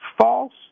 false